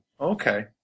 Okay